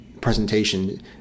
presentation